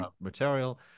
material